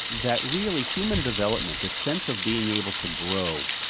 that really human development, the sense of being able to grow,